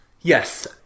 Yes